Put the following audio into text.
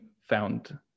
found